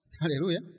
Hallelujah